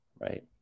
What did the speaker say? right